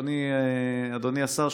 אדוני השר,